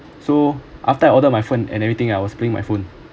so after I order my food and everything I was playing my phone